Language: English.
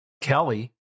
Kelly